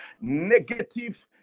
negative